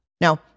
now